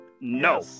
No